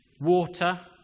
water